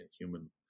human